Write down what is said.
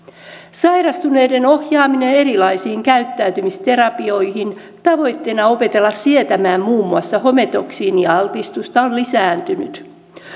sairastuneiden ohjaaminen erilaisiin käyttäytymisterapioihin tavoitteena opetella sietämään muun muassa hometoksiinialtistusta on lisääntynyt